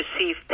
receive